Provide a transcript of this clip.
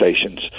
stations